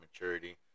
maturity